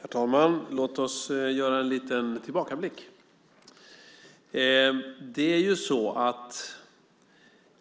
Herr talman! Låt oss göra en liten tillbakablick.